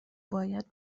باید